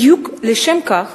בדיוק לשם כך